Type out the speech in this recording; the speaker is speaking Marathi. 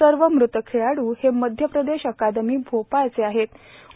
सर्व मृत खेळाड्र हे मध्य प्रदेश अकादमी भोपाळचे होते